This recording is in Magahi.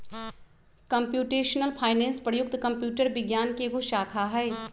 कंप्यूटेशनल फाइनेंस प्रयुक्त कंप्यूटर विज्ञान के एगो शाखा हइ